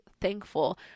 thankful